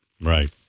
Right